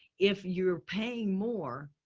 if you're paying more,